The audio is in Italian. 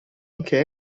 anche